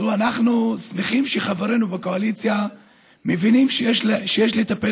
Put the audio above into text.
אנחנו שמחים שחברינו בקואליציה מבינים שיש לטפל